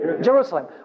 Jerusalem